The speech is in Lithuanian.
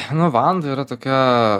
nu vanda yra tokia